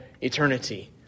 eternity